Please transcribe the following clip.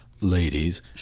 Ladies